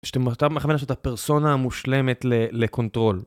שאתה מכוון שאתה פרסונה מושלמת לקונטרול.